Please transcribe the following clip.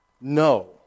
No